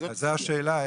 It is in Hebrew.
זאת השאלה.